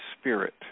spirit